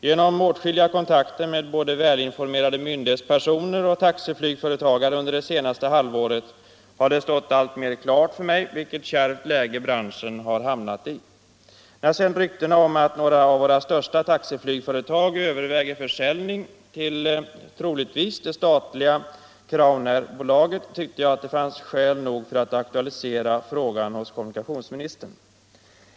Genom åtskilliga kontakter med både välinformerade myndighetspersoner och taxiflygföretagare under det senaste halvåret har det stått allt gens ekonomiska förhållanden mer klart för mig vilket kärvt läge branschen har hamnat i. När sedan ryktena om att några av våra största taxiflygföretag överväger försäljning, troligtvis till det statliga Crownairbolaget, tyckte jag att det fanns skäl för att aktualisera frågan hos kommunikationsministern.